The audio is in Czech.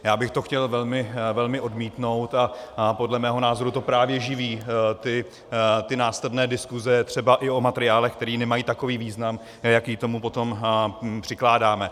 Já bych to chtěl velmi odmítnout a podle mého názoru to právě živí ty následné diskuse, třeba i o materiálech, které nemají takový význam, jaký tomu potom přikládáme.